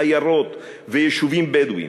עיירות ויישובים בדואיים,